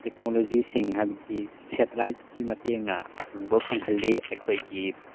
ꯇꯦꯛꯅꯣꯂꯣꯖꯤꯁꯤꯡ ꯍꯥꯏꯕꯗꯤ ꯁꯦꯇꯦꯂꯥꯏꯠꯀꯤ ꯃꯇꯦꯡꯅ ꯎꯕ ꯐꯪꯍꯜꯂꯤ ꯑꯩꯈꯣꯏꯒꯤ